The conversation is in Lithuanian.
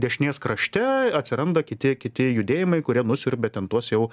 dešinės krašte atsiranda kiti kiti judėjimai kurie nusiurbia ten tuos jau